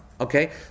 Okay